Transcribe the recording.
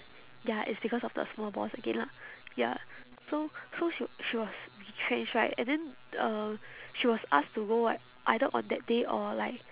ya it's because of the small boss again lah ya so so she she was retrenched right and then uh she was asked to go like either on that day or like